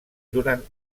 durant